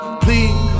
Please